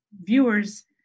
viewers